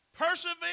persevere